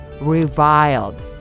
reviled